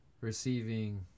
receiving